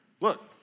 Look